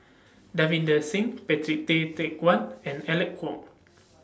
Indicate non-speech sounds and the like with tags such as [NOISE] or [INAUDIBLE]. Davinder Singh Patrick Tay Teck Guan [NOISE] and Alec Kuok [NOISE]